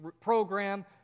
program